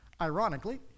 Ironically